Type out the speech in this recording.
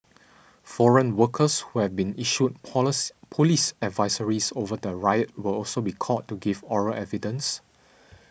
foreign workers who had been issued police police advisories over the riot will also be called to give oral evidence